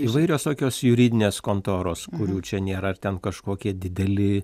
įvairios tokios juridinės kontoros kurių čia nėra ar ten kažkokie dideli